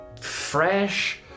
fresh